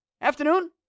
afternoon